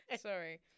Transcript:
Sorry